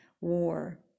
war